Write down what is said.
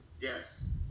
Yes